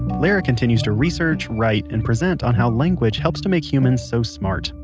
lera continues to research, write, and present on how language helps to make humans so smart.